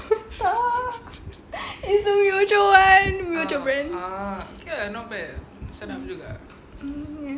tak it's the Myojo one Myojo brand um ya